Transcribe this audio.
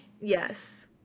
Yes